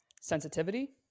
sensitivity